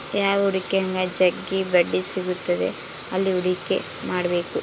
ಯಾವ ಹೂಡಿಕೆಗ ಜಗ್ಗಿ ಬಡ್ಡಿ ಸಿಗುತ್ತದೆ ಅಲ್ಲಿ ಹೂಡಿಕೆ ಮಾಡ್ಬೇಕು